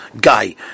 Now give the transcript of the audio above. guy